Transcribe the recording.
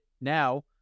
now